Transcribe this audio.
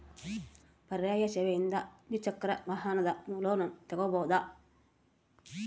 ಪರ್ಯಾಯ ಸೇವೆಯಿಂದ ದ್ವಿಚಕ್ರ ವಾಹನದ ಲೋನ್ ತಗೋಬಹುದಾ?